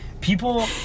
people